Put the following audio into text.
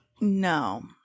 No